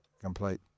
complete